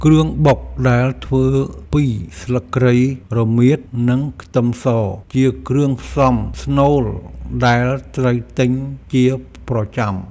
គ្រឿងបុកដែលធ្វើពីស្លឹកគ្រៃ រមៀត និងខ្ទឹមស ជាគ្រឿងផ្សំស្នូលដែលត្រូវទិញជាប្រចាំ។